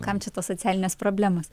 kam čia tos socialinės problemos